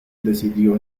decidió